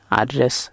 address